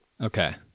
Okay